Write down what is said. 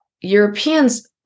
Europeans